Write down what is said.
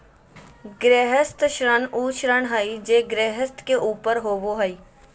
गृहस्थ ऋण उ ऋण हइ जे गृहस्थ के ऊपर होबो हइ